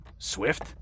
Swift